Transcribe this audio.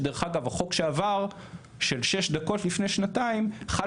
שדרך אגב החוק שעבר של שש דקות לפני שנתיים חל